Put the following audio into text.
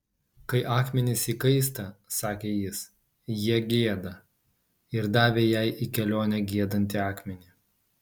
kai akmenys įkaista sakė jis jie gieda ir davė jai į kelionę giedantį akmenį